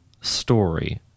story